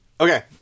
Okay